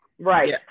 Right